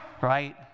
right